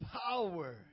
power